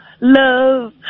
love